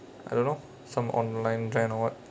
I don't know some online trend or what